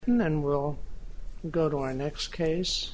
and then we'll go to our next case